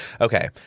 Okay